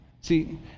See